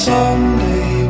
Someday